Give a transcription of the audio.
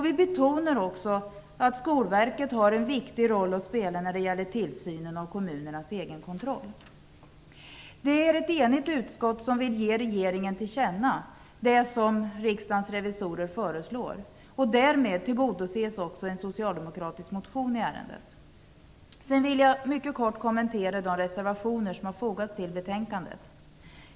Vi betonar också att Skolverket har en viktig roll att spela när det gäller tillsynen av kommunernas egenkontroll. Det är ett enigt utskott som vill ge regeringen till känna vad riksdagens revisorer föreslår. Därmed tillgodoses också en socialdemokratisk motion i ärendet. Jag vill mycket kort kommentera de reservationer som fogats till betänkandet.